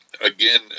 Again